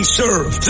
serve